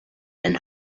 and